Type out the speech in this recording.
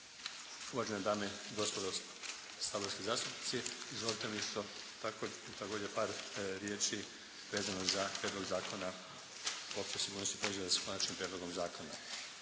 uvažene dame i gospodo saborski zastupnici. Dozvolite mi isto također par riječi vezano za Prijedlog Zakona o općoj sigurnosti proizvoda s Konačnim prijedlogom zakona.